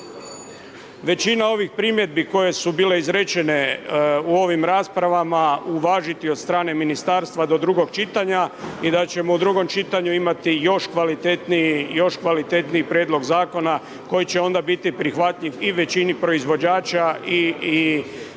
većinom ovih primjedbi, koje su bile izrečene u ovim raspravama, uvažiti od strane ministarstva do drugog čitanja i da ćemo u drugom čitanju imati još kvalitetniji prijedlog zakona, koji će onda biti prihvatljiv i većini proizvođača i svim